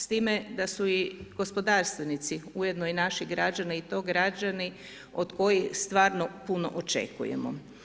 S time da su i gospodarstvenici ujedno i naši građani i to građani od kojih stvarno puno očekujemo.